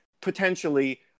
potentially